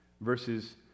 Verses